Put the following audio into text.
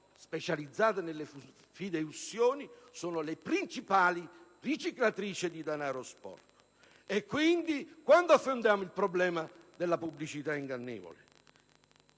specializzate nelle fideiussioni, sono le principali riciclatrici di denaro sporco. Quando si affronta, allora, il problema della pubblicità ingannevole?